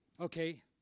Okay